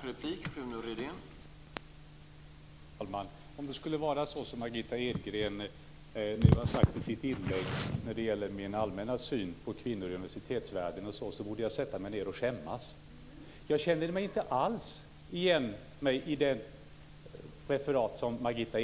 Herr talman! Om det skulle vara så som Margitta Edgren sade i sitt inlägg när det gäller min allmänna syn på kvinnor i universitetsvärlden borde jag sätta mig ned och skämmas. Jag känner inte alls igen mig i Jag tog från mina egna